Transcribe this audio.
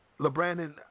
LeBrandon